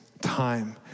time